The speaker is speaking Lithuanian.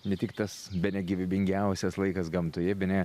ne tik tas bene gyvybingiausias laikas gamtoje bene